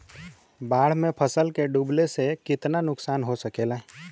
बाढ़ मे फसल के डुबले से कितना नुकसान हो सकेला?